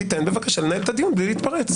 תיתן בבקשה לנהל את הדיון בלי להתפרץ.